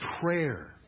Prayer